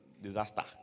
Disaster